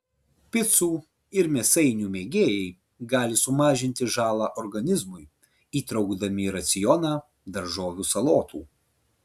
picų ir mėsainių mėgėjai gali sumažinti žalą organizmui įtraukdami į racioną daržovių salotų